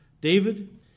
David